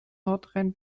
nordrhein